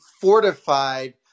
fortified